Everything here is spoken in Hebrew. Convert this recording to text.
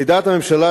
לדעת הממשלה,